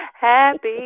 Happy